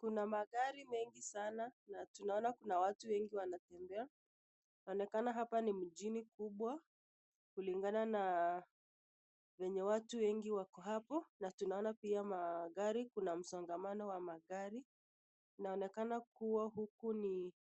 Kuna magari mengi sana na tunaona kuna watu wengi wanatembea. Inaonekana hapa ni mjini kubwa kulingana na venye watu wengi wako hapo na tunaona pia magari na msongamano wa magari. Inaonekana kua huku ni